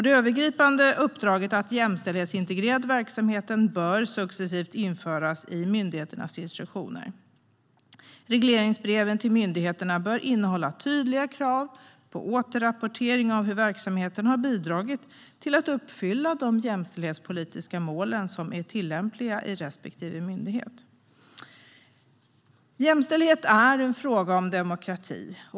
Det övergripande uppdraget att jämställdhetsintegrera verksamheten bör successivt införas i myndigheternas instruktioner. Regleringsbreven till myndigheterna bör innehålla tydliga krav på återrapportering av hur verksamheten har bidragit till att uppfylla de jämställdhetspolitiska målen som är tillämpliga i respektive myndighet. Jämställdhet är en fråga om demokrati.